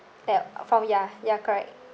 that from ya ya correct